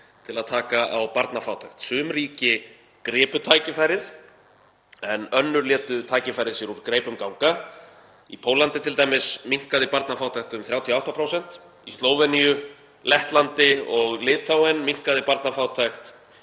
til að taka á barnafátækt. Sum ríki gripu tækifærið en önnur létu tækifærið sér úr greipum ganga. Í Póllandi t.d. minnkaði barnafátækt um 38% og í Slóveníu, Lettlandi og Litháen minnkaði barnafátækt